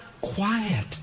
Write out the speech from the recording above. quiet